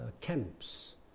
camps